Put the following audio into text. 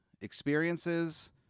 experiences